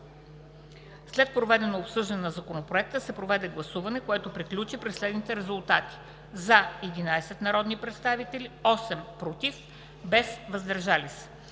След проведеното обсъждане на Законопроекта се проведе гласуване, което приключи при следните резултати: „за” 11 народни представители, 8 „против” и без „въздържал се”.